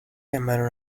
llamaron